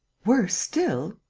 worse still.